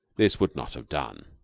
this would not have done.